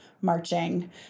marching